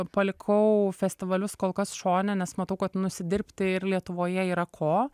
palikau festivalius kol kas šone nes matau kad nu užsidirbti ir lietuvoje yra ko